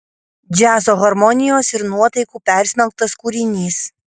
džiazo harmonijos ir nuotaikų persmelktas kūrinys